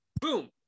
boom